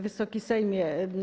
Wysoki Sejmie!